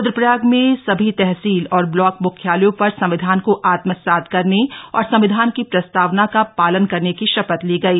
रुद्रप्रयाग में सभी तहसील और ब्लाक मुख्यालयों पर संविधान को आत्मसात करने और संविधान की प्रस्तावना का पालन करने की शपथ ली गई